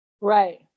Right